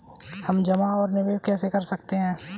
हम जमा और निवेश कैसे कर सकते हैं?